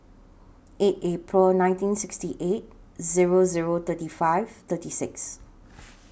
eight April nineteen sixty eight Zero Zero thirty five thirty six